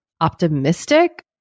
optimistic